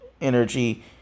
energy